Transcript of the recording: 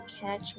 catch